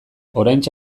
oraintxe